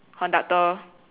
conductor